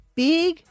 big